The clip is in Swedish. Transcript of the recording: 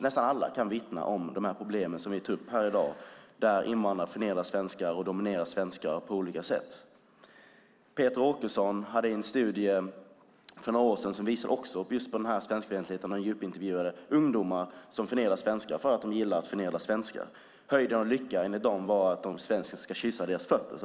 Nästan alla kan vittna om de problem som vi tar upp här i dag där invandrare förnedrar svenskar och dominerar svenskar på olika sätt. En studie av Petra Åkesson som gjordes för några år sedan visade också på den här svenskfientligheten. Hon djupintervjuade ungdomar som förnedrar svenskar för att de gillar att förnedra svenskar. Höjden av lycka var, enligt dem, att svensken skulle kyssa deras fötter.